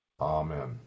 Amen